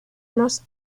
los